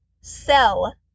sell